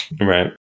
Right